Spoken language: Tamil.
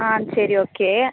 ஆ சரி ஓகே